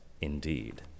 indeed